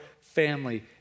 family